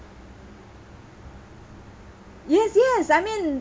yes yes I mean